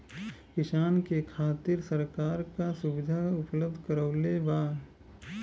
किसान के खातिर सरकार का सुविधा उपलब्ध करवले बा?